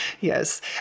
yes